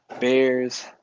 bears